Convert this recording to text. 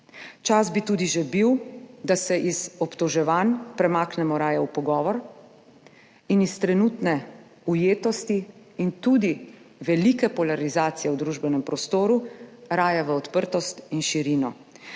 Čas bi tudi že bil, da se iz obtoževanj premaknemo raje v pogovor in iz trenutne ujetosti in tudi velike polarizacije v družbenem prostoru raje v odprtost in širino.